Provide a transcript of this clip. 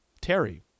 Terry